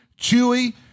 chewy